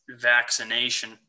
vaccination